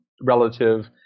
relative